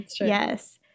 Yes